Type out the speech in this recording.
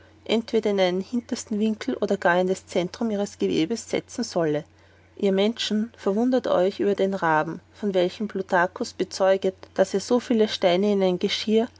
entweder in den hintersten winkel oder gar in das zentrum ihres gewebs setzen solle ihr menschen verwundert euch über den raben von welchem plutarchus bezeuget daß er so viel steine in ein geschirr